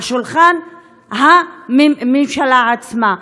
על שולחן הממשלה עצמה.